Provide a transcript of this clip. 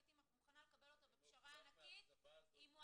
הייתי מוכנה לקבל אותו בפשרה ענקית אם הוא